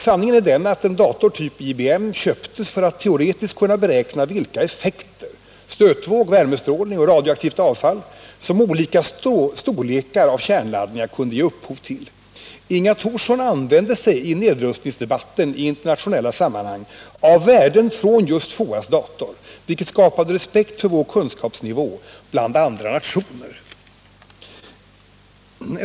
Sanningen är den att en dator av typ IBM inköptes för att man teoretiskt skulle kunna beräkna vilka effekter — stötvåg, värmestrålning och radioaktivt avfall — olika storlekar av kärnladdningar kunde ge upphov till. Inga Thorsson använde sig i nedrustningsdebatter i internationella sammanhang av värden från FOA:s dator, vilket skapade respekt för vår kunskapsnivå bland andra nationer.